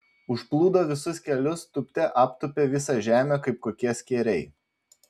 užplūdo visus kelius tūpte aptūpė visą žemę kaip kokie skėriai